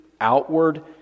outward